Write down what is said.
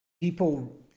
people